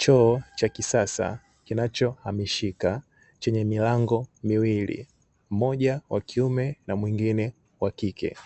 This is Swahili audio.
Choo cha kisasa kinachohamishika chenye milango miwili, mmoja wa kiume na mwingine wa kike,